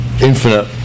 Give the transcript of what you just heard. infinite